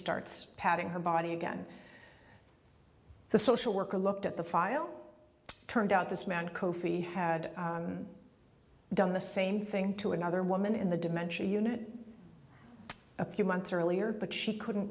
starts patting her body again the social worker looked at the file turned out this man kofi had done the same thing to another woman in the dementia unit a few months earlier but she couldn't